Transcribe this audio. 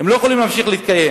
הן לא יוכלו להמשיך להתקיים.